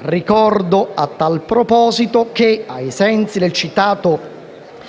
Ricordo a tal proposito che, ai sensi del citato